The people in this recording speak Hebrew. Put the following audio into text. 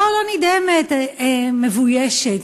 לא, לא נדהמת, מבוישת.